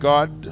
God